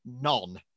none